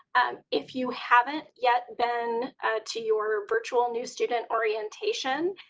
if you haven't yet been to your virtual new student orientation,